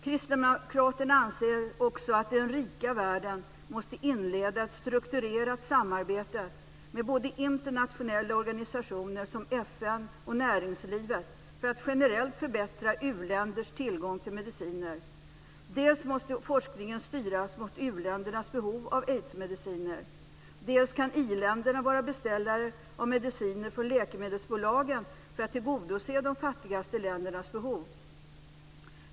Kristdemokraterna anser också att den rika världen måste inleda ett strukturerat samarbete med både internationella organisationer som FN och näringslivet för att generellt förbättra u-länders tillgång till mediciner. Dels måste forskningen styras mot uländernas behov av aidsmediciner, dels kan iländerna vara beställare av mediciner från läkemedelsbolagen för att tillgodose de fattigaste ländernas behov.